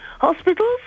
Hospitals